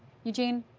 eugene,